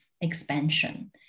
expansion